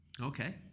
Okay